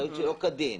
שלא כדין.